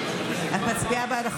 את חושבת שזה יום,